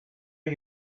you